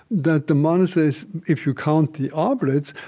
that the monasteries, if you count the oblates,